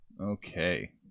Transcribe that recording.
Okay